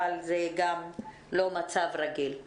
אבל זה גם לא מצב רגיל.